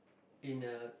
in a